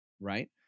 right